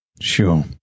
Sure